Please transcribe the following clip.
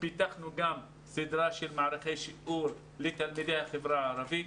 פיתחנו סדרה של מערכי שיעור לתלמידי החברה הערבית